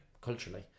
culturally